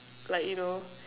like you know